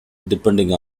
depending